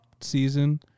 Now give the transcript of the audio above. season